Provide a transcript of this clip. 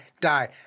die